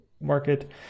market